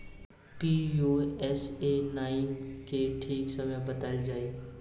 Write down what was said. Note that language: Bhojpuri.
पी.यू.एस.ए नाइन के ठीक समय बताई जाई?